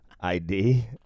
id